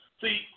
See